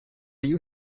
you